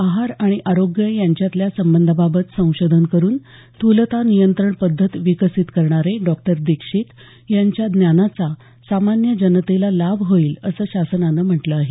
आहार आणि आरोग्य यांच्यातल्या संबंधाबाबत संशोधन करून स्थूलता नियंत्रण पद्धत विकसित करणारे डॉक्टर दीक्षित यांच्या ज्ञानाचा सामान्य जनतेला लाभ होईल असं शासनानं म्हटलं आहे